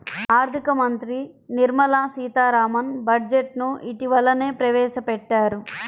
ఆర్ధిక మంత్రి నిర్మలా సీతారామన్ బడ్జెట్ ను ఇటీవలనే ప్రవేశపెట్టారు